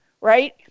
Right